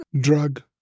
drug